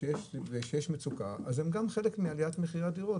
וכאשר יש מצוקה הם גם חלק מעליית מחירי הדירות.